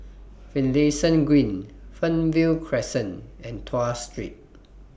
Finlayson Green Fernvale Crescent and Tuas Street